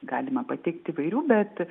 galima pateikti įvairių bet